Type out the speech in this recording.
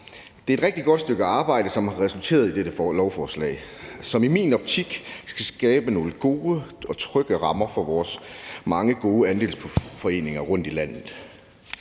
Det er et rigtig godt stykke arbejde, som har resulteret i dette lovforslag, som i min optik skal skabe nogle gode og trygge rammer for vores mange gode andelsboligforeninger rundtom i landet.